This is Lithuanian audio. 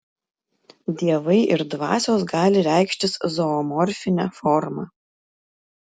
dievai ir dvasios gali reikštis zoomorfine forma